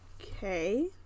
Okay